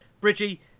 Bridgie